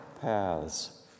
paths